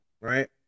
Right